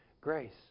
grace